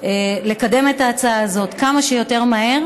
לקדם את ההצעה הזאת כמה שיותר מהר,